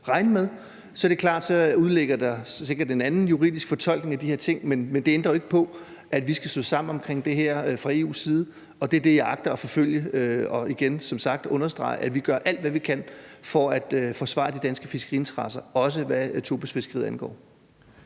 regne med. Så er det klart, at der sikkert ligger en anden juridisk fortolkning af de her ting, men det ændrer jo ikke på, at vi skal stå sammen omkring det her fra EU's side. Og det er det, jeg agter at forfølge, og jeg vil som sagt igen understrege, at vi gør alt, hvad vi kan, for at forsvare de danske fiskeriinteresser, også hvad tobisfiskeriet angår.